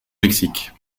mexique